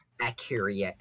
Accurate